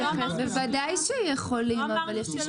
בוודאי שיכולים אבל יש 90